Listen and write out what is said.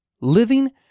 Living